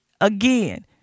Again